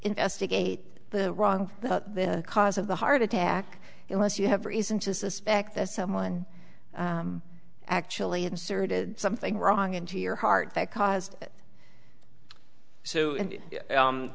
investigate the wrong the cause of the heart attack unless you have reason to suspect that someone actually inserted something wrong into your heart that caused